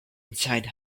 inside